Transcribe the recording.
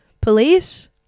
police